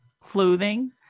clothing